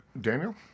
Daniel